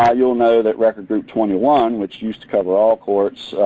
ah you'll know that record group twenty one, which used to cover all courts,